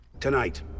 Tonight